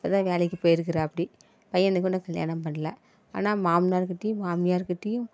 இப்போ தான் வேலைக்கு போயிருக்கிறாப்டி பையனுக்கு இன்னும் கல்யாணம் பண்ணல ஆனால் மாம்னாருக்கிட்டேயும் மாமியாருக்கிட்டேயும்